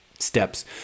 steps